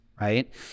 right